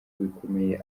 bikomeye